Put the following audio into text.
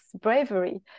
bravery